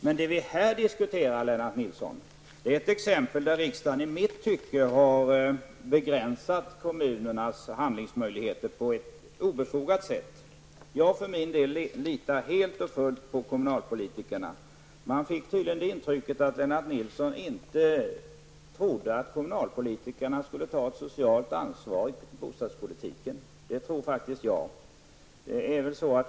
Men det vi här diskuterar, Lennart Nilsson, gäller ett område där riksdagen i mitt tycke har begränsat kommunernas handlingsmöjligheter på ett obefogat sätt. Jag för min del litar helt och fullt på kommunalpolitikerna. Jag fick det intrycket att Lennart Nilsson inte trodde att kommunalpolitikerna skulle ta ett socialt ansvar för bostadspolitiken. Det tror faktiskt jag.